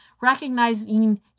recognizing